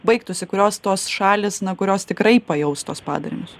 baigtųsi kurios tos šalys na kurios tikrai pajaus tuos padarinius